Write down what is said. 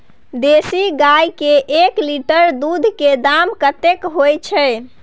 देसी गाय के एक लीटर दूध के दाम कतेक होय छै?